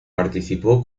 participó